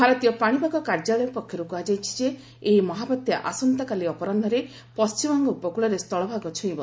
ଭାରତୀୟ ପାଣିପାଗ କାର୍ଯ୍ୟାଳୟ ପକ୍ଷରୁ କୁହାଯାଇଛି ଯେ ଏହି ମହାବାତ୍ୟା ଆସନ୍ତାକାଲି ଅପରାହ୍ନରେ ପଶ୍ଚିମବଙ୍ଗ ଉପକୂଳରେ ସ୍ଥଳଭାଗ ଛୁଇଁବ